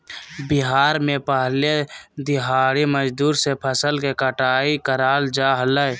भारत में पहले दिहाड़ी मजदूर से फसल के कटाई कराल जा हलय